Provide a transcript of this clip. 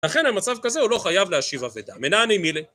לכן המצב כזה הוא לא חייב להשיב אבדה. מנעני מילה.